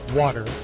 water